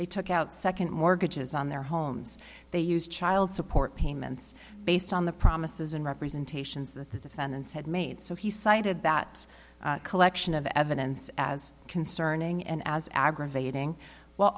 they took out second mortgages on their homes they used child support payments based on the promises and representations that the defendants had made so he cited that collection of evidence as concerning and as aggravating w